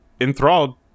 enthralled